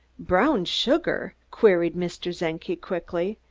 brown sugar? queried mr. czenki quickly,